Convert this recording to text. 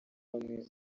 bamwe